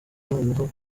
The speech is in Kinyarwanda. noneho